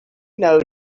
know